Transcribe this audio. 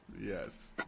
yes